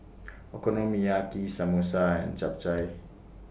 Okonomiyaki Samosa and Japchae